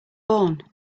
born